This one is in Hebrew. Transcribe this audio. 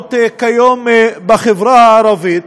בוערות כיום בחברה הערבית,